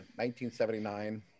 1979